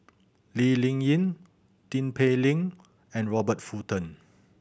Lee Ling Yen Tin Pei Ling and Robert Fullerton